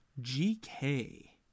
GK